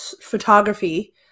photography